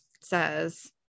says